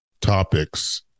topics